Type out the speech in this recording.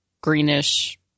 greenish